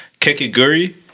Kekiguri